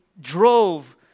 drove